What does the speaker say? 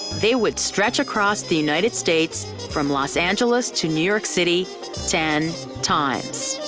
they would stretch across the united states from los angeles to new york city ten times.